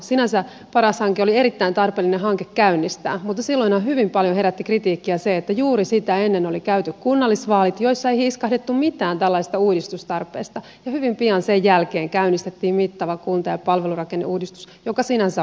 sinänsä paras hanke oli erittäin tarpeellinen hanke käynnistää mutta silloinhan hyvin paljon herätti kritiikkiä se että juuri sitä ennen oli käyty kunnallisvaalit joissa ei hiiskahdettu mitään tällaisesta uudistustarpeesta ja hyvin pian sen jälkeen käynnistettiin mittava kunta ja palvelurakenneuudistus joka sinänsä oli tarpeen